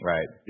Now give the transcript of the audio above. Right